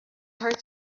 heart